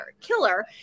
killer